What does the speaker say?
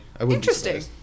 Interesting